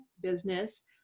business